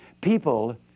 People